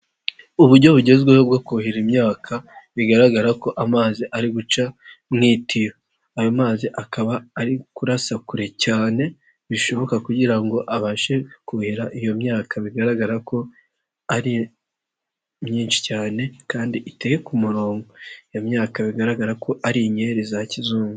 Uburyo bugezweho bwo kuhira imyaka bigaragara ko amazi ari guca mu itiyo, ayo mazi akaba ari kurasa kure cyane bishoboka kugira ngo abashe kuhira iyo myaka bigaragara ko ari myinshi cyane kandi iteye ku murongo, iyo myaka bigaragara ko ari inkeri za kizungu.